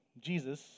Jesus